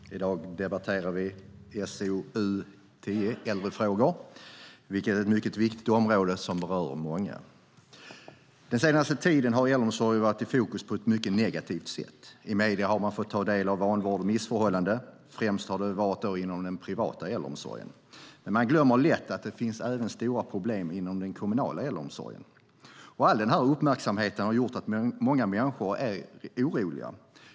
Herr talman! I dag debatterar vi SoU10 Äldrefrågor , vilket är ett mycket viktigt område som berör många. Den senaste tiden har äldreomsorgen varit i fokus på ett mycket negativt sätt. I medierna har man fått ta del av vanvård och missförhållanden. Främst har det varit inom den privata äldreomsorgen, men man glömmer lätt att det finns stora problem även inom den kommunala äldreomsorgen. All denna uppmärksamhet har gjort människor oroliga.